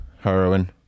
heroin